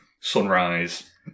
sunrise